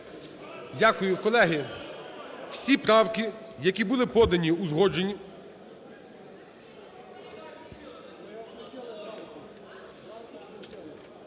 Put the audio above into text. Дякую. Колеги, всі правки, які були подані, узгоджені.